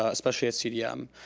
especially at cdm.